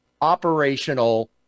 operational